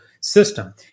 system